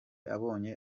abonye